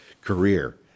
career